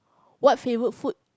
what favourite food